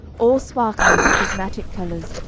all sparkling with prismatic colours,